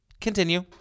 Continue